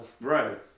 Right